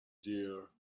dear